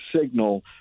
signal